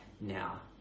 now